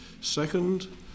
Second